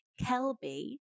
Kelby